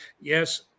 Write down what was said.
Yes